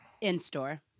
In-store